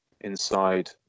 inside